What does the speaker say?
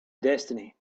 destiny